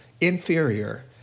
inferior